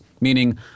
Meaning